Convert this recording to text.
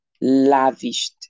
lavished